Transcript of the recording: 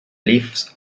leaf